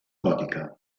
gòtica